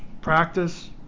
practice